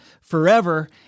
forever